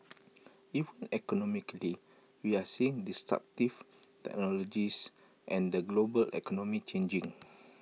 even economically we're seeing destructive technologies and the global economy changing